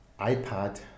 iPad